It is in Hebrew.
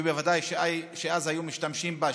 ובוודאי שאז היו משתמשים בה,